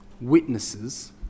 witnesses